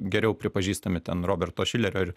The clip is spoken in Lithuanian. geriau pripažįstami ten roberto šilerio ir